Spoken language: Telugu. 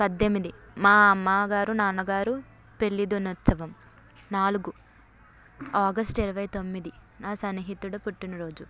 పద్దెమిది మా అమ్మ గారు నాన్న గారు పెళ్ళి దినోత్సవం నాలుగు ఆగస్ట్ ఇరవై తొమ్మిది నా సన్నిహితుడు పుట్టినరోజు